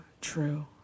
true